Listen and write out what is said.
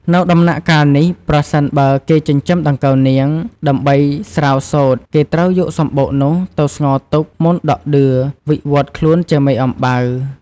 នៅដំណាក់កាលនេះ ប្រសិនបើគេចិញ្ចឹមដង្កូវនាង ដើម្បីស្រាវសូត្រ គេត្រូវយកសំបុកនោះទៅស្ងោរទុក មុនដក់ដឿ វិវត្តន៍ខ្លួនជាមេអំបៅ។